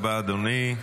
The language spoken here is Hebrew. תודה רבה, אדוני.